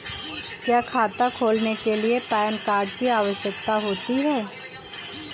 क्या खाता खोलने के लिए पैन कार्ड की आवश्यकता होती है?